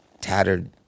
tattered